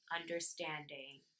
understanding